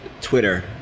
twitter